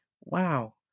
Wow